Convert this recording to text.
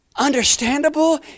understandable